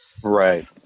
Right